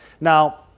Now